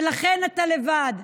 ולכן אתה לבד.